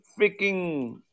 Freaking